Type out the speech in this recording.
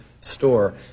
store